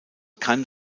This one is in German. kann